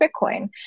Bitcoin